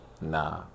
Nah